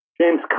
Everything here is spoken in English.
James